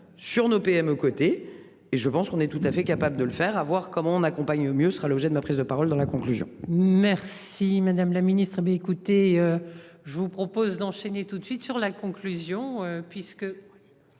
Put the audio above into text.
sur nos PME cotées et je pense qu'on est tout à fait capable de le faire, à voir comment on accompagne au mieux ce sera l'objet de ma prise de parole dans la conclusion. Merci, madame la Ministre bé écoutez. Je vous propose d'enchaîner tout de suite sur la conclusion